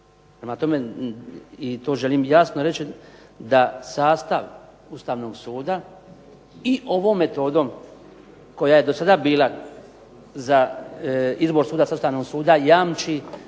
tome, i to želim jasno reći, da sastav Ustavnog suda i ovom metodom koje do sada bila za izbor sudaca Ustavnog suda jamči